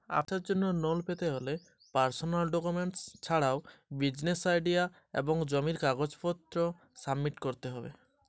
আমি ব্যবসার জন্য কিভাবে লোন পাব?